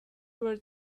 were